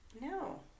no